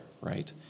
Right